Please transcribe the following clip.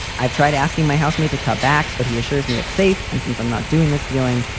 i've tried asking my housemate to cut back, but he assures me it's safe. and since i'm not doing this dealing,